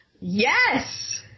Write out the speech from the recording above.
Yes